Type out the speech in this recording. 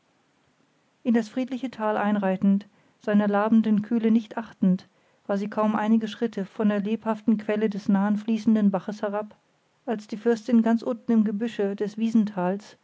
in das friedliche tal einreitend seiner labenden kühle nicht achtend waren sie kaum einige schritte von der lebhaften quelle des nahen fließenden baches herab als die fürstin ganz unten im gebüsche des wiesentals